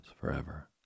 forever